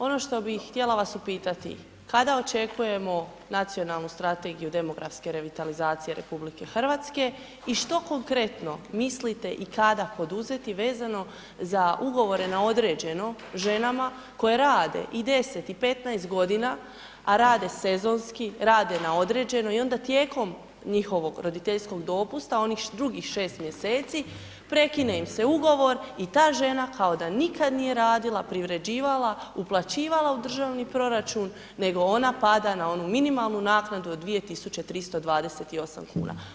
Ono što bi htjela vas upitati, kada očekujemo nacionalnu Strategiju demografske revitalizacije RH i što konkretno mislite i kada poduzeti vezano za ugovore na određeno ženama koje rade i 10 i 15 g. a rade sezonski, rade na određeno i onda tijekom njihovog roditeljskog dopusta, onih drugih 6 mj., prekine im se ugovor i ta žena kao da nikad nije radila, privređivala, uplaćivala u državni proračun nego ona pada na onu minimalnu naknadu od 2328 kn?